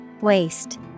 Waste